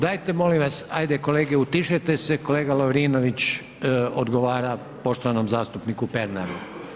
Dajte molim vas ajde kolege utišajte se kolega Lovrinović odgovara poštovanom zastupniku Pernaru.